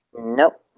Nope